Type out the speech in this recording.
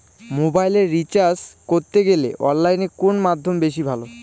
মোবাইলের রিচার্জ করতে গেলে অনলাইনে কোন মাধ্যম বেশি ভালো?